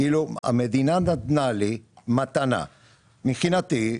המדינה נתנה לי מתנה; מבחינתי,